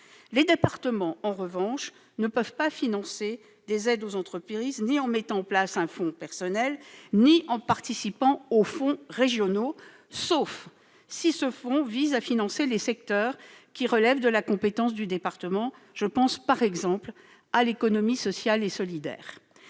Les départements, en revanche, ne peuvent pas financer des aides aux entreprises, ni en mettant en place un fonds personnel ni en participant au fonds régional, sauf si ce fonds vise à financer les secteurs qui relèvent de la compétence du département- je pense par exemple à l'économie sociale et solidaire.